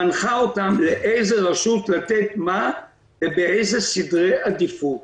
מנחה אותם לאיזו רשות לתת מה ובאיזה סדרי עדיפות.